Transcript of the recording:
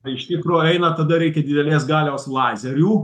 tai iš tikro eina tada reikia didelės galios lazerių